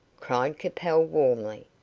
cried capel, warmly.